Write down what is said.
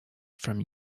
from